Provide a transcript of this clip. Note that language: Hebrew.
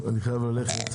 אני חייב ללכת.